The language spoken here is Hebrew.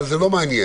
אבל זה לא מעניין.